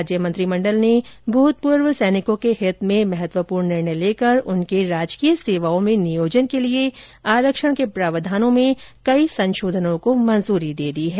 राज्य मंत्रिमण्डल ने भूतपूर्व सैनिकों के हित में महत्वपूर्ण निर्णय लेकर उनके राजकीय सेवाओं में नियोजन के लिए आरक्षण के प्रावधानों में कई संशोधनों को मंजूरी दी है